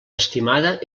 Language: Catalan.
estimada